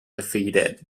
defeated